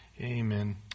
Amen